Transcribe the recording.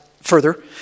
further